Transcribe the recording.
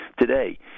today